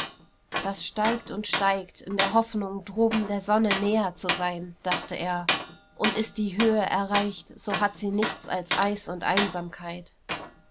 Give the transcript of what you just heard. das steigt und steigt in der hoffnung droben der sonne näher zu sein dachte er und ist die höhe erreicht so hat sie nichts als eis und einsamkeit